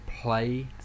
play